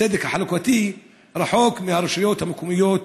הצדק החלוקתי רחוק מהרשויות המקומיות